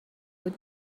بود